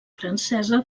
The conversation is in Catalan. francesa